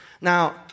Now